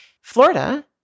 Florida